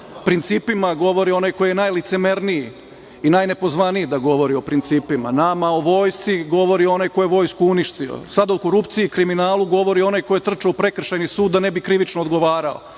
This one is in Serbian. o principima govori onaj koji je najlicemerniji i najnepozvaniji da govori o principima. Nama o vojsci govori onaj ko je vojsku uništio. Sada o korupciji i kriminalu govori onaj ko je trčao u Prekršajni sud da ne bi krivično odgovarao,